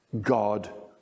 God